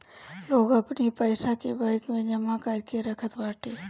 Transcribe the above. लोग अपनी पईसा के बैंक में जमा करके रखत बाटे